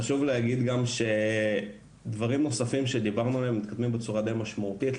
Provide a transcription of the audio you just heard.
חשוב להגיד גם שדברים נוספים שדיברנו עליהם מתקדמים בצורה די משמעותית,